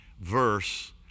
verse